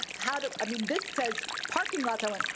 how to, i mean this says parking lots. i went,